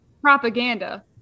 propaganda